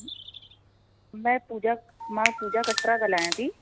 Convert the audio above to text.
में पूजा मां पूजा कटरा ॻाल्हायां थी